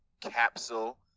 capsule